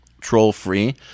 troll-free